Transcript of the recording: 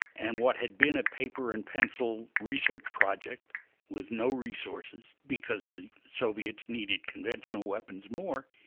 and what had been a paper and pencil research project with no resources, because the soviets needed conventional weapons more,